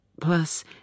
Plus